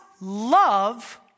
love